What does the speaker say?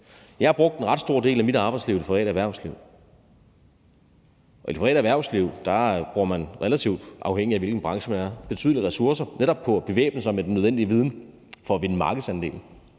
Jeg har brugt en ret stor del af mit arbejdsliv i det private erhvervsliv. I det private erhvervsliv bruger man relativt betydelige ressourcer, afhængigt af hvilken branche man er i, på netop at bevæbne sig med den nødvendige viden for at vinde markedsandele.